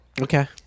Okay